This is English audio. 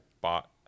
bought